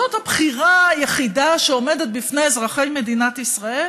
זו הבחירה היחידה שעומדת בפני אזרחי מדינת ישראל?